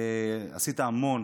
עשית המון